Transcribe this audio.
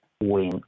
win